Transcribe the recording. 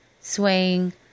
swaying